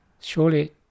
surely